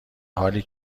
حالی